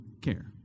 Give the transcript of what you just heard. care